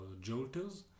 jolters